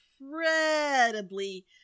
incredibly